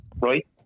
right